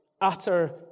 utter